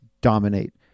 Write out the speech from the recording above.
dominate